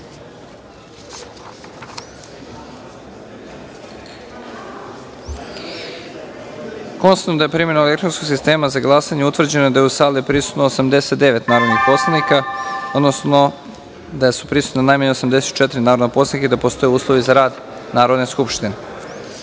da je primenom elektronskog sistema za glasanje utvrđeno da je u sali prisutno 89 narodnih poslanika, odnosno da je prisutna najmanje 84 narodna poslanika i da postoje uslovi za rad Narodne skupštine.